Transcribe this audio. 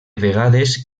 vegades